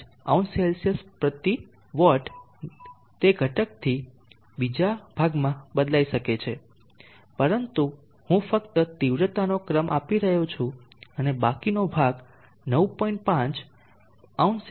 50CW તે ઘટકથી બીજા ભાગમાં બદલાઇ શકે છે પરંતુ હું ફક્ત તીવ્રતાનો ક્રમ આપી રહ્યો છું અને બાકીનો ભાગ 9